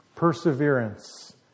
perseverance